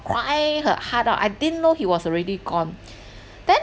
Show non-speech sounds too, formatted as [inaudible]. crying her heart out I didn't know he was already gone [breath] then